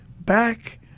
back